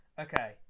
Okay